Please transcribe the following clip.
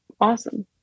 Awesome